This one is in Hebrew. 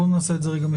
בוא נעשה את זה מסודר.